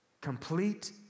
Complete